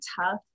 tough